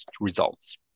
results